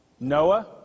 Noah